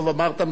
טוב אמרת,